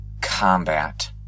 combat